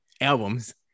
albums